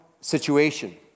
situation